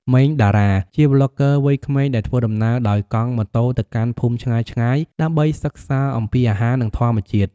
ម៉េង តារា ជាប្លុកហ្គើវ័យក្មេងដែលធ្វើដំណើរដោយកង់ម៉ូតូទៅកាន់ភូមិឆ្ងាយៗដើម្បីសិក្សាអំពីអាហារនិងធម្មជាតិ។